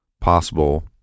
possible